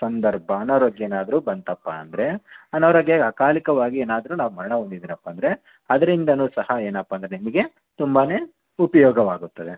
ಸಂದರ್ಭ ಅನಾರೋಗ್ಯ ಏನಾದರೂ ಬಂತಪ್ಪ ಅಂದರೆ ಅನಾರೋಗ್ಯ ಅಕಾಲಿಕವಾಗಿ ಏನಾದರೂ ನಾವು ಮರಣ ಹೊಂದಿದಿನಪ್ಪ ಅಂದರೆ ಅದರಿಂದನೂ ಸಹ ಏನಪ್ಪ ಅಂದರೆ ನಿಮಗೆ ತುಂಬಾ ಉಪಯೋಗವಾಗುತ್ತದೆ